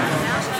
בבקשה.